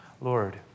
Lord